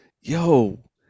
Yo